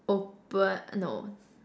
open no